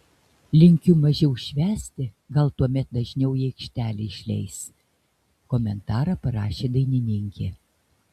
linkiu mažiau švęsti gal tuomet dažniau į aikštelę išleis komentarą parašė dainininkė